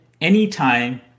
anytime